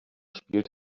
spielt